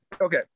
okay